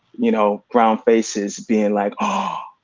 you know, ground faces being like, ah